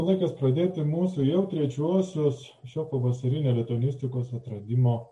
laikas pradėti mūsų jau trečiosios šio pavasarinio lituanistikos atradimo